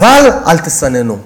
אבל אל תסננו,